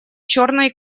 черной